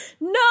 no